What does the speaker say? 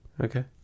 Okay